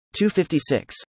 256